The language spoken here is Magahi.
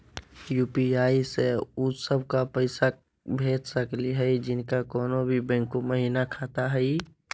यू.पी.आई स उ सब क पैसा भेज सकली हई जिनका कोनो भी बैंको महिना खाता हई?